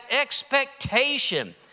expectation